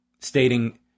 stating